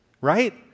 right